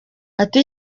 ati